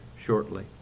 shortly